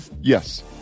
Yes